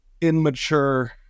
immature